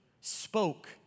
spoke